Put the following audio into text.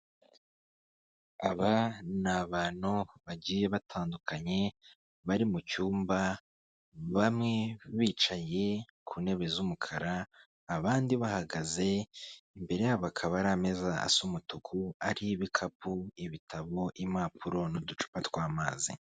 Aba ni abantu bagiye batandukanye bari mu cyumba bamwe bicaye ku ntebe z'umukara abandi bahagaze, imbere yabo bakaba ari ameza asa umutuku ariho ibikapu, ibitabo, impapuro, n'uducupa tw'amazi.